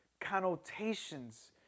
connotations